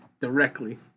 Directly